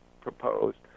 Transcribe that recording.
proposed